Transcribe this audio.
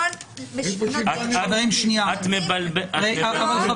--- חברים, סליחה.